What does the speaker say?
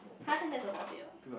!huh! then that's about what